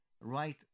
right